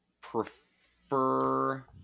prefer